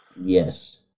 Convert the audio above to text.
Yes